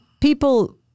people